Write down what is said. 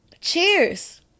Cheers